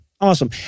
Awesome